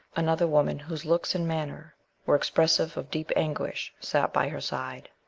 another woman, whose looks and manner were expressive of deep anguish, sat by her side.